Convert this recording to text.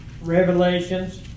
Revelations